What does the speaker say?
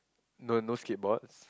no no skateboards